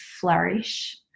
flourish